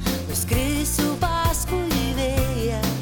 nuskrisiu paskui vėją